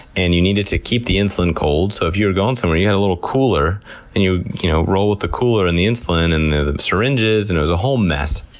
and you needed to keep the insulin cold. so if you were going somewhere you had a little cooler and you'd you know roll with the cooler and the insulin, and the syringes, and it was a whole mess.